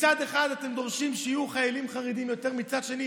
אסור שזה